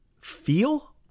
feel